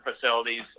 facilities